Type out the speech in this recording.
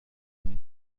die